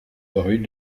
rue